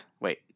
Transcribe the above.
wait